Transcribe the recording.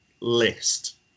list